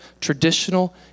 traditional